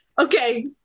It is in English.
Okay